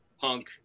punk